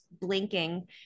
blinking